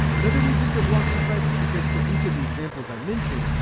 another reason for blocking sites is because for each of the examples i mentioned,